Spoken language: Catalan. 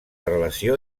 relació